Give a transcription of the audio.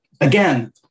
again